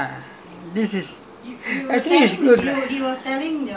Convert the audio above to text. bored அடிக்குதுல:adikuthula I just want to see something ah